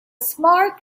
smart